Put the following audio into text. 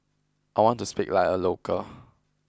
I want to speak like a local